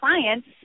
clients